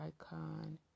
icon